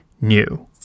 new